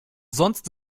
sonst